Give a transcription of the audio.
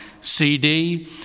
CD